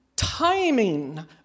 timing